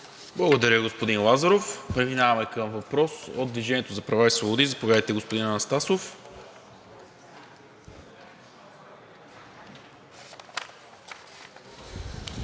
Благодаря, господин Лазаров. Преминаваме към въпрос от „Движение за права и свободи“. Заповядайте, господин Анастасов.